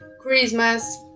Christmas